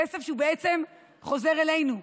כסף שבעצם חוזר אלינו,